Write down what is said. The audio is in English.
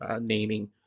naming